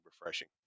refreshing